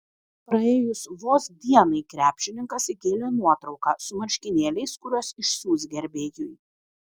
praėjus vos dienai krepšininkas įkėlė nuotrauką su marškinėliais kuriuos išsiųs gerbėjui